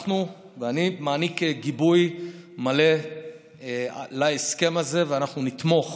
אני מעניק גיבוי מלא להסכם הזה, ואנחנו נתמוך